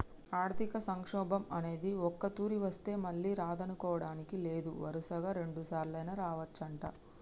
ఆర్థిక సంక్షోభం అనేది ఒక్కతూరి వస్తే మళ్ళీ రాదనుకోడానికి లేదు వరుసగా రెండుసార్లైనా రావచ్చంట